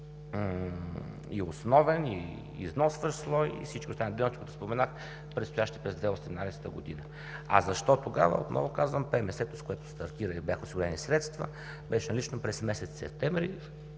на основен, и износващ слой, и всички останали неща, които споменах, предстоящи през 2018 г. А защо тогава? Отново казвам: ПМС-то, с което стартира и бяха осигурени средства, беше налично през месец септември.